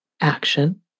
action